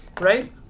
right